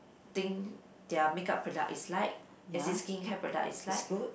think their makeup product is like as in skincare product is like